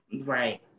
right